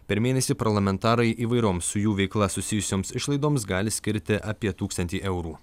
per mėnesį parlamentarai įvairioms su jų veikla susijusioms išlaidoms gali skirti apie tūkstantį eurų